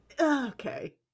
okay